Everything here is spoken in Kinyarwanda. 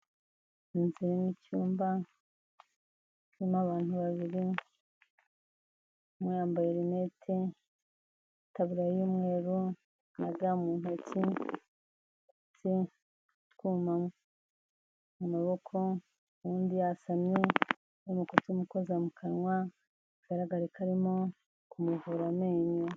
Inzu iramo icyumba haririmo abantu babiri, umwe yambaye rinete, itaburiya y'umweru, na ga mu ntoki, utwuma mu maboko, undi yasamye, ari mukukimukoza mu kanwa, bigaragare ko arimo kumuvura amenyo.